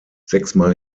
sechsmal